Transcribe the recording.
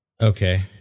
Okay